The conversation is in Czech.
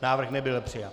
Návrh nebyl přijat.